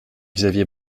xavier